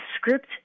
script